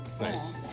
Nice